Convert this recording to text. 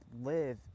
live